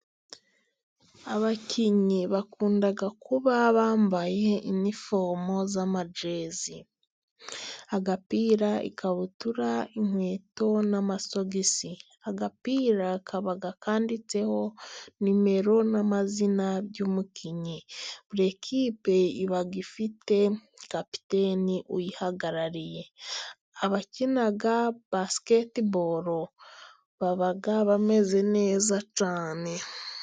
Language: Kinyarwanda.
Abakinnyi bakunda kuba bambaye inifomo z'amajezi agapira, ikabutura, inkweto n'amasogisi. Agapira kaba kanditseho nimero n'amazina by'umukinnyi buri kipe iba ifite kapiteni uyihagarariye. Abakina basiketiboro baba bameze neza cyane.